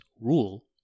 rule